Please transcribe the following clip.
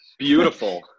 Beautiful